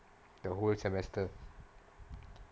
the whole semester